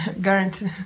guarantee